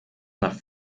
nach